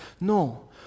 No